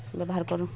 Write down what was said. ବ୍ୟବହାର୍ କରୁ